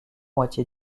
moitié